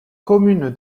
commune